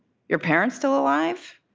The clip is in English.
your parents still alive?